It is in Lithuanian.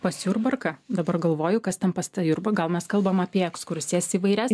pas jurbarką dabar galvoju kas ten pas tą jurba gal mes kalbam apie ekskursijas įvairias